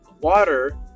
water